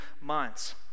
months